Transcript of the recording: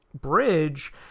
bridge